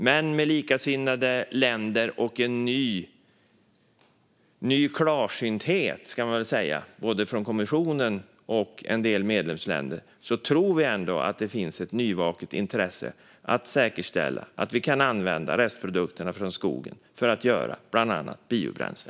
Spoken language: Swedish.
Med likasinnade länder och en ny klarsynthet från kommissionen och en del medlemsländer tror vi ändå att det finns ett nyvaket intresse att säkerställa att vi kan använda restprodukterna från skogen för att producera biobränsle.